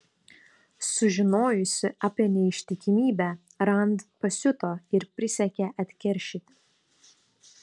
sužinojusi apie neištikimybę rand pasiuto ir prisiekė atkeršyti